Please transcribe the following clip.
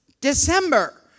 December